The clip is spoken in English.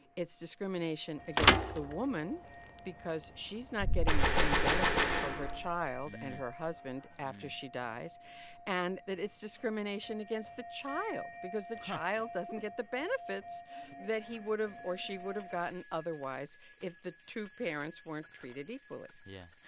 it's discrimination against the woman because she's not getting the same benefits for her child and her husband after she dies and that it's discrimination against the child because the child doesn't get the benefits that he would have or she would have gotten otherwise if the two parents weren't treated equally yeah.